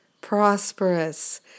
prosperous